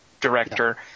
director